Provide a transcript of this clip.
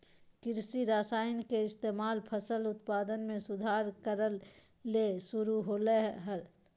कृषि रसायन के इस्तेमाल फसल उत्पादन में सुधार करय ले शुरु होलय हल